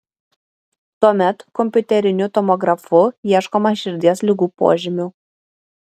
tuomet kompiuteriniu tomografu ieškoma širdies ligų požymių